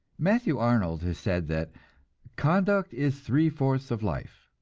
matthew arnold has said that conduct is three-fourths of life